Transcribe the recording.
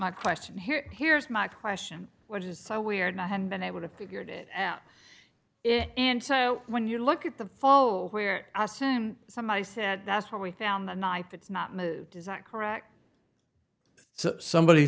my question here here's my question which is so weird i haven't been able to figure it out it and so when you look at the follow where i assume somebody said that's where we found the knife it's not moved is that correct so somebody